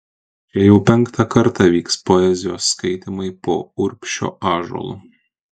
čia jau penktą kartą vyks poezijos skaitymai po urbšio ąžuolu